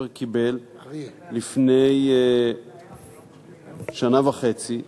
בית-הספר קיבל לפני שנה וחצי,